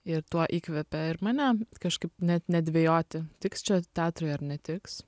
ir tuo įkvepia ir mane kažkaip net nedvejoti tiks čia teatrui ar netiks